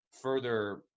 further